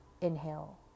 Inhale